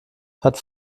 hat